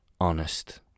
honest